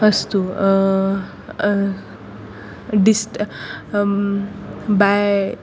अस्तु डिस्ट् बै